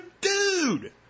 dude